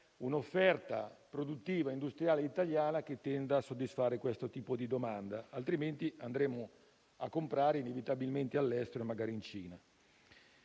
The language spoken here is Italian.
un'offerta produttiva industriale italiana che tenda a soddisfare questo tipo di domanda; altrimenti andremo a comprare inevitabilmente all'estero, magari in Cina.